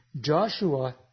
Joshua